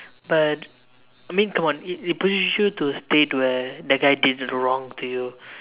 but I mean come on it it pushes you to a state where that guy did wrong to you